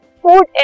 food